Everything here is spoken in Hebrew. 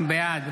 בעד